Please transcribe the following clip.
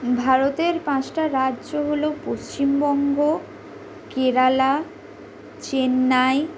ভারতের পাঁচটা রাজ্য হল পশ্চিমবঙ্গ কেরালা চেন্নাই